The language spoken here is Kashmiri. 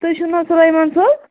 تُہۍ چھِو نا سُلیمان صٲب